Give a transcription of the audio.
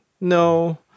no